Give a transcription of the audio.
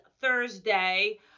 Thursday